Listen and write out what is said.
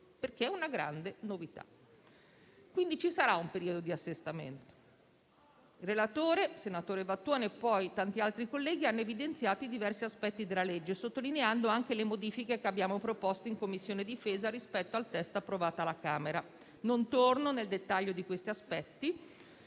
tratta di una grande novità. Quindi, ci sarà un periodo di assestamento. Il relatore, il senatore Vattuone, e tanti altri colleghi hanno evidenziato i diversi aspetti del disegno di legge, sottolineando anche le modifiche che abbiamo proposto in Commissione difesa rispetto al testo approvato alla Camera. Non torno nel dettaglio di questi aspetti,